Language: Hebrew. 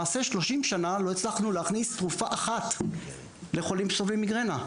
למעשה 30 שנה לא הצלחנו להכניס תרופה אחת לחולים סובלי מיגרנה.